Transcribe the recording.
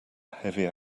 heavy